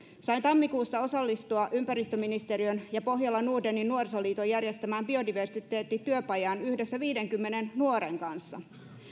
sain tammikuussa osallistua ympäristöministeriön ja pohjola nordenin nuorisoliiton järjestämään biodiversiteettityöpajaan yhdessä viidenkymmenen nuoren kanssa